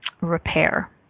repair